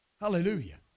Hallelujah